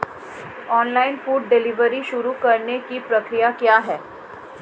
Online food delivery शुरू करने की प्रक्रिया क्या है?